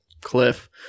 cliff